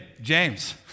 James